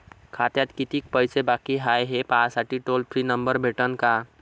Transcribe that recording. खात्यात कितीकं पैसे बाकी हाय, हे पाहासाठी टोल फ्री नंबर भेटन का?